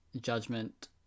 Judgment